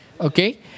Okay